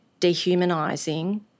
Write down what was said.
dehumanising